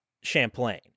Champlain